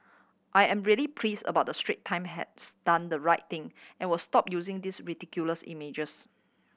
I am really please about the Strait Time has done the right thing and will stop using these ridiculous images